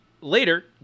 Later